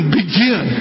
begin